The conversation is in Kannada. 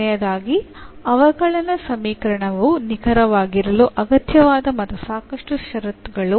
ಕೊನೆಯದಾಗಿ ಅವಕಲನ ಸಮೀಕರಣವು ನಿಖರವಾಗಿರಲು ಅಗತ್ಯವಾದ ಮತ್ತು ಸಾಕಷ್ಟು ಷರತ್ತುಗಳು